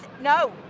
no